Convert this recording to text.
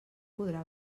podrà